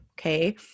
Okay